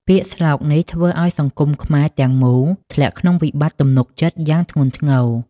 ពាក្យស្លោកនេះធ្វើឱ្យសង្គមខ្មែរទាំងមូលធ្លាក់ក្នុងវិបត្តិទំនុកចិត្តយ៉ាងធ្ងន់ធ្ងរ។